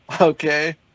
Okay